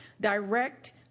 direct